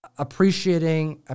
Appreciating